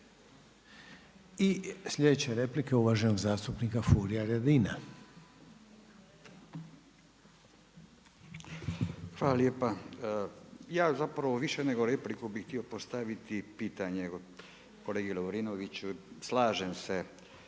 I sljedeća replika je uvaženog zastupnika Furia Radina. **Radin, Furio (Nezavisni)** Hvala lijepa. Ja zapravo više nego repliku bih htio postaviti pitanje kolegi Lovrinoviću. Slažem se